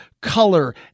color